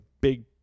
big